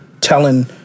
telling